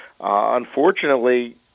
unfortunately